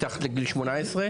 מתחת לגיל 18?